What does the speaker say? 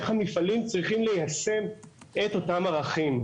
איך המפעלים צריכים ליישם את אותם ערכים.